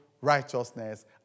righteousness